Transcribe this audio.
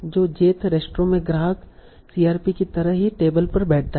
तो jth restaurant में ग्राहक CRP की तरह ही टेबल पर बैठता है